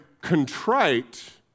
contrite